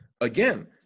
again